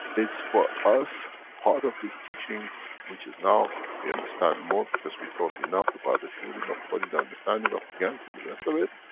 it's for us. part of this teaching which is now we understand more because we taught enough about the fueling of the body, the understanding of the gans, and the rest of it